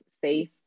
safe